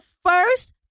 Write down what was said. first